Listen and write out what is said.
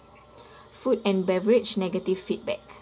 food and beverage negative feedback